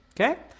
Okay